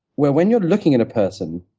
when when you're looking at a person,